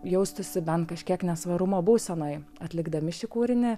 jaustųsi bent kažkiek nesvarumo būsenoj atlikdami šį kūrinį